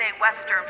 Western